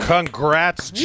Congrats